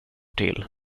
till